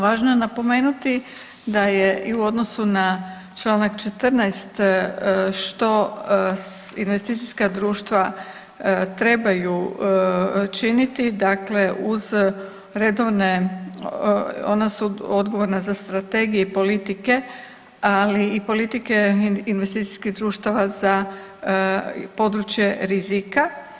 Važno je napomenuti da je i u odnosu na čl. 14. što investicijska društva trebaju činiti, dakle uz redovne ona su odgovorna za strategije i politike, ali i politike investicijskih društava za područje rizika.